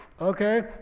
Okay